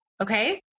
Okay